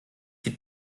die